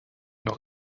noch